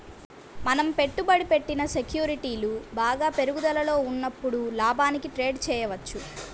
మనం పెట్టుబడి పెట్టిన సెక్యూరిటీలు బాగా పెరుగుదలలో ఉన్నప్పుడు లాభానికి ట్రేడ్ చేయవచ్చు